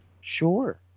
Sure